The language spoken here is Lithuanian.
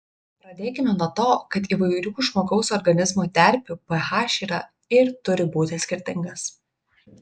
pradėkime nuo to kad įvairių žmogaus organizmo terpių ph yra ir turi būti skirtingas